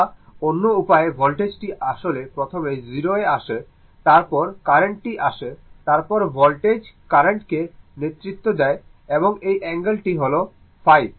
অথবা অন্য উপায়ে ভোল্টেজ টি আসলে প্রথমে 0 এ আসে তারপর কার্রেন্টটি আসে তার মানে ভোল্টেজ কার্রেন্ট কে নেতৃত্ব দেয় এবং এই অ্যাঙ্গেল টি হল ϕ